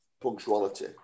punctuality